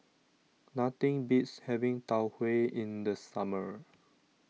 nothing beats having Tau Huay in the summer